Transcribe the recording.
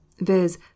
viz